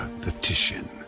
petition